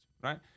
right